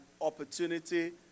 opportunity